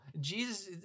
jesus